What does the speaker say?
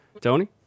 Tony